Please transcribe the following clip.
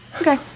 Okay